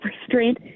restraint –